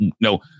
no